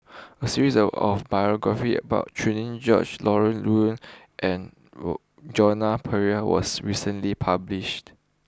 a series of biographies about Cherian George Laurence Nunns and Jona Pereira was recently published